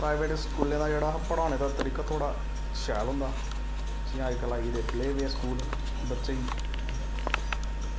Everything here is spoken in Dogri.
प्राईवेट स्कूलें दा जेह्ड़ा हा पढ़ाने दा तरीका थोह्ड़ा शैल होंदा जि'यां अजकल्ल आई गेदे प्ले वे स्कूल बच्चे ई